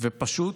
פשוט,